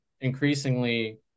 increasingly